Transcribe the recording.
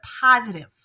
positive